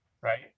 right